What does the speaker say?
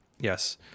Yes